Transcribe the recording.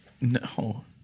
No